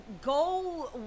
go